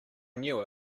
knew